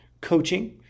coaching